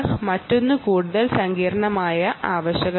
മറ്റൊന്നാകട്ടെ കൂടുതൽ സങ്കീർണ്ണമായ കാര്യമാണ്